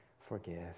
forgive